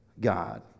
God